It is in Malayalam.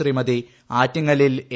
ശ്രീമതിട് ആറ്റിങ്ങലിൽ എ